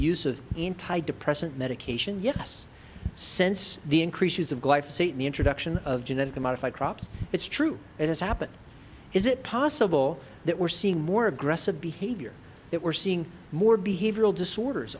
use of anti depressant medication yes since the increases of life say in the introduction of genetically modify crops it's true it has happen is it possible that we're seeing more aggressive behavior that we're seeing more behavioral disorders